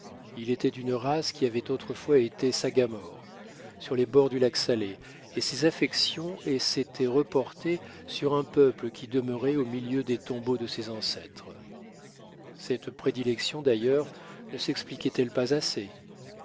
il était d'une race qui avait autrefois été sagamore sur les bords du lac salé et ses affections s'étaient reportées sur un peuple qui demeurait au milieu des tombeaux de ses ancêtres cette prédilection d'ailleurs ne sexpliquait elle pas assez